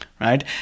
right